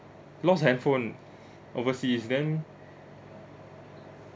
lost handphone overseas then